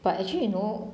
but actually you know